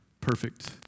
Perfect